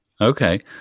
Okay